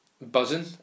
buzzing